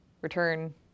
return